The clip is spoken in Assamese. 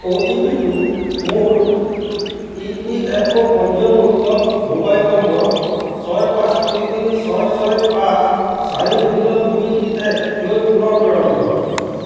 অ' টি পি টো মোৰ ই পি এফ অ' পঞ্জীয়নভুক্ত মোবাইল নম্বৰ ছয় পাঁচ তিনি তিনি ছয় ছয় পাঁচ চাৰি শূন্য দুই একলৈ পুনৰ প্ৰেৰণ কৰক